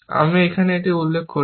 আমি এখানে এটি উল্লেখ করিনি